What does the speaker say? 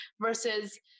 versus